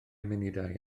munudau